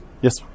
Yes